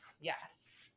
Yes